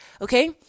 Okay